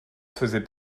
faisait